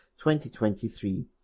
2023